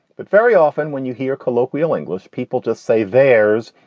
but very often when you hear colloquial english, people just say theirs.